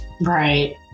Right